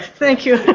thank you.